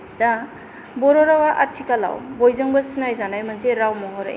दा बर' रावा आथिखालाव बयजोंबो सिनायजानाय मोनसे राव महरै